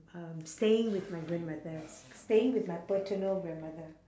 um staying with my grandmother s~ staying with my paternal grandmother